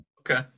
Okay